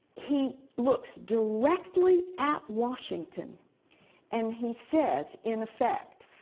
he looks directly at washington and he says, in effect,